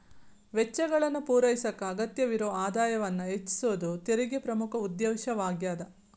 ವೆಚ್ಚಗಳನ್ನ ಪೂರೈಸಕ ಅಗತ್ಯವಿರೊ ಆದಾಯವನ್ನ ಹೆಚ್ಚಿಸೋದ ತೆರಿಗೆ ಪ್ರಮುಖ ಉದ್ದೇಶವಾಗ್ಯಾದ